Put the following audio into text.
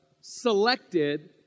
selected